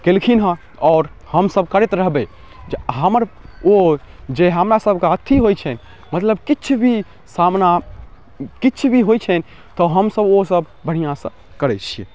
केलखिन हँ आओर हमसभ करैत रहबै जे हमर ओ जे हमरासभके अथी होइ छै मतलब किछु भी सामना किछु भी होइ छै तऽ हमसभ ओसब बढ़िआँसँ करै छिए